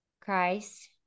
christ